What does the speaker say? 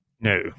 No